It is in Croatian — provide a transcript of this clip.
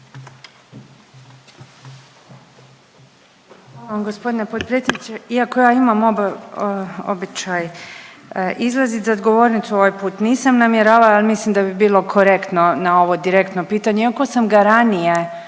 Hvala vam gospodine potpredsjedniče. Iako ja imam običaj izlazi za govornicu, ovaj put nisam namjeravala ali mislim da bi bilo korektno na ovo direktno pitanje. Iako sam ga ranije